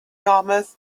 yarmouth